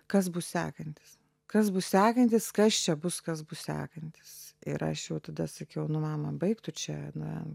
kas bus sekantis kas bus sekantis kas čia bus kas bus sekantis ir aš jau tada sakiau nu mama baig tu čia na